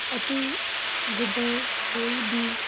ਅਤੇ ਜਿੱਦਾਂ ਕੋਈ ਵੀ